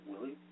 Willie